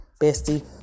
bestie